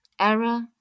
error